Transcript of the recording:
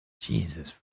Jesus